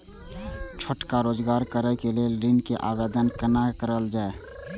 छोटका रोजगार करैक लेल ऋण के आवेदन केना करल जाय?